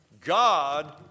God